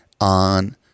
on